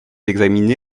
examiné